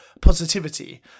positivity